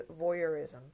voyeurism